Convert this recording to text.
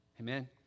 Amen